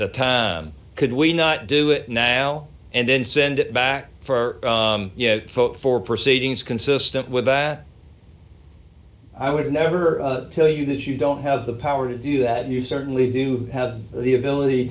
the time could we not do it now and then send it back for folk for proceedings consistent with that i would never tell you that you don't have the power to do that you certainly do have the ability